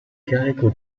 carico